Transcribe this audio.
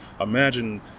imagine